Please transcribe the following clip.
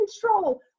control